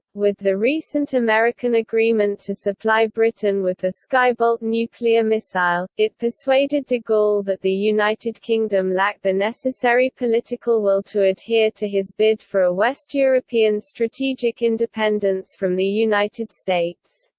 with the recent american agreement to supply britain with the skybolt nuclear missile, it persuaded de gaulle that the united kingdom lacked the necessary political will to adhere to his bid for a west european strategic independence from the united states.